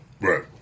Right